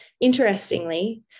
Interestingly